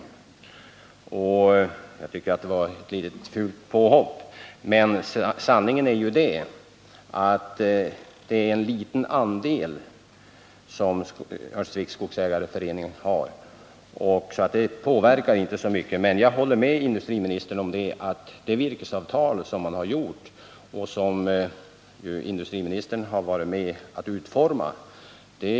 Jag tycker att det var ett litet fult pahopp. Sanningen är ju den att det är en liten andel som Örnsköldsviks skogsägareförening har i virkesavtalet så det påverkar inte det hela så mycket. Men jag håller med industriministern om att de virkesavtal som upprättats skall hallas. Industriministern har själv varit med om att utforma dem.